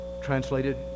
translated